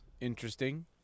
interesting